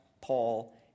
Paul